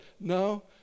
No